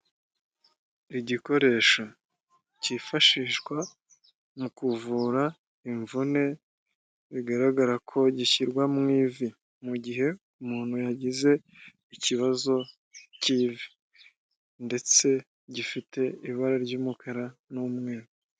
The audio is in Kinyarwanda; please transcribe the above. Igikoresho cyifashishwa mu kuvura imvune bigaragara ko gishyirwa mu ivi mu gihe umuntu yagize ikibazo cy'ivi ndetse gifite ibara ry'umukara n'umweru.